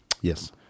yes